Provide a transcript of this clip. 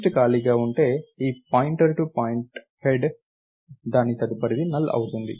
list ఖాళీగా ఉంటే ఈ ptr టు హెడ్ దాని తదుపరిది నల్ అవుతుంది